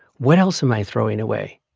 what else am i throwing away?